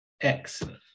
Excellent